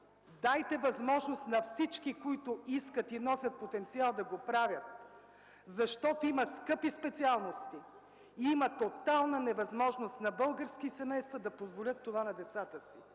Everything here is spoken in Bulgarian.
Дайте възможност на всички, които искат и носят потенциал, да го правят, защото има скъпи специалности, има тотална невъзможност на български семейства да позволят това на децата си.